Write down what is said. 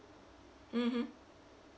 mmhmm